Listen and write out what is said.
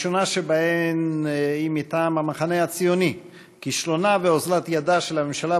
חנין, יעקב אשר,